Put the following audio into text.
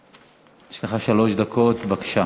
יש לך שלוש דקות, בבקשה.